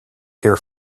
here